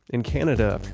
in canada,